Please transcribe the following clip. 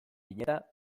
bineta